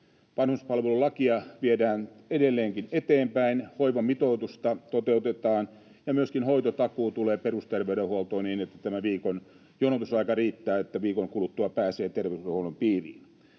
Vanhuspalvelulakia viedään edelleenkin eteenpäin, hoivamitoitusta toteutetaan, ja myöskin hoitotakuu tulee perusterveydenhuoltoon niin, että viikon jonotusaika riittää, että viikon kuluttua pääsee terveydenhuollon piiriin.